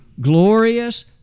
glorious